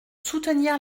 soutenir